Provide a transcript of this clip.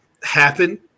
happen